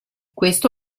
questo